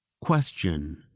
Question